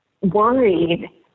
worried